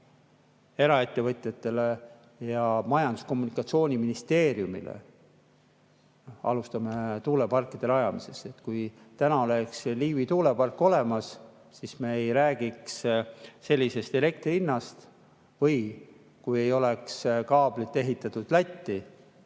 eraettevõtjatele ja Majandus- ja Kommunikatsiooniministeeriumile. Alustame tuuleparkide rajamisest. Kui praegu oleks Liivi tuulepark olemas, siis me ei räägiks sellisest elektri hinnast. Või kui ei oleks kaablit ehitatud Lätti,